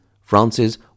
Francis